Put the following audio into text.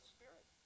Spirit